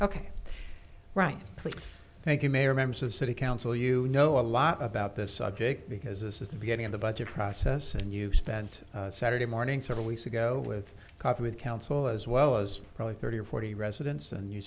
of city council you know a lot about this subject because this is the beginning of the budget process and you spent saturday morning several weeks ago with coffee with council as well as probably thirty or forty residents and you